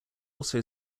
also